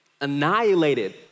annihilated